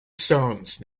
sons